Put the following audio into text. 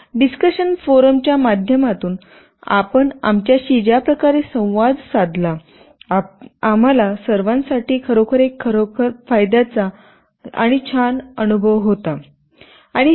discussion forum च्या माध्यमातून आपण आमच्याशी ज्या प्रकारे संवाद साधला आम्हाला सर्वांसाठी खरोखर एक खरोखरच फायद्याचा आणि छान अनुभव होता